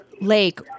Lake